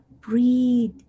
breathe